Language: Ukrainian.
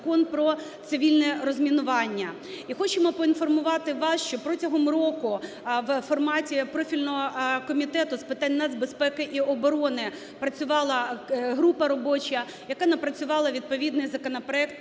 Закон про цивільне розмінування. І хочемо поінформувати вас, що протягом року в форматі профільного Комітету з питань нацбезпеки і оборони працювала група робоча, яка напрацювала відповідний законопроект